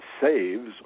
saves